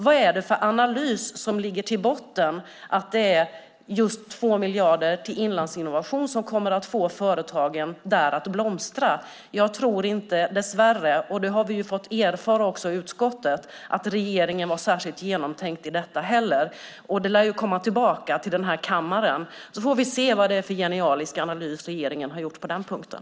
Vad är det för analys som ligger till grund för att det är just 2 miljarder till inlandsinnovation som kommer att få företagen där att blomstra? Jag tror dess värre inte - och det har vi också i utskottet fått erfara - att regeringen var särskilt genomtänkt i detta. Det lär komma tillbaka hit till kammaren. Då får vi se vad det är för genialisk analys som regeringen har gjort på den punkten.